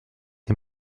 été